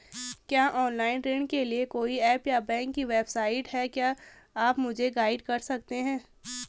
क्या ऑनलाइन ऋण के लिए कोई ऐप या बैंक की वेबसाइट है क्या आप मुझे गाइड कर सकते हैं?